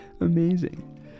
Amazing